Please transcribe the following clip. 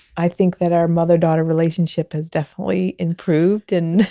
i think that our mother daughter relationship has definitely improved and